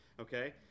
okay